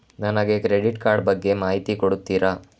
ನನಗೆ credit card ಬಗ್ಗೆ ಮಾಹಿತಿ ಕೊಡುತ್ತೀರಾ?